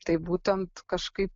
tai būtent kažkaip